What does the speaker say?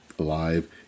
alive